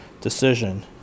decision